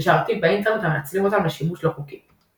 לשרתים באינטרנט המנצלים אותם לשימוש לא חוקי.